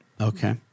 Okay